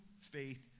faith